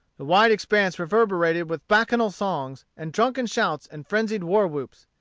the wide expanse reverberated with bacchanal songs, and drunken shouts, and frenzied war-whoops.